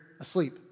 asleep